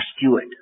steward